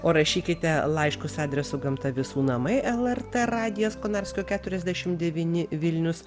o rašykite laiškus adresu gamta visų namai lrt radijas konarskio keturiasdešim devyni vilnius